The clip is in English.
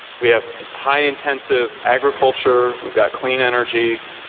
we have high intensive agriculture, we've got clean energy,